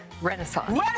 Renaissance